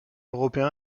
européen